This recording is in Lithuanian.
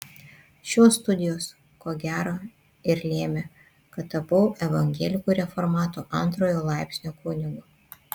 šios studijos ko gero ir lėmė kad tapau evangelikų reformatų antrojo laipsnio kunigu